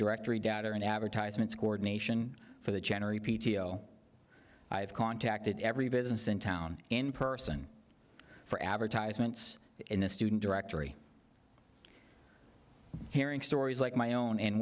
directory data and advertisements coordination for the general p t o i have contacted every business in town in person for advertisements in the student directory hearing stories like my own and